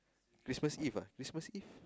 Christmas Eve ah Christmas Eve